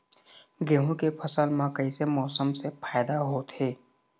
गेहूं के फसल म कइसे मौसम से फायदा होथे?